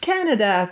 Canada